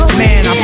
man